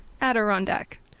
Adirondack